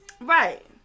Right